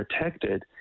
protected